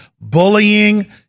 bullying